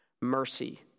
mercy